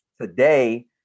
Today